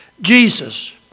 Jesus